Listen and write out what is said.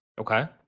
Okay